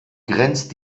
grenzt